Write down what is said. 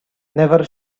never